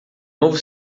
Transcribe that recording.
novo